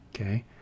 Okay